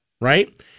right